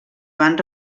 van